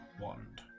wand